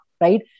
right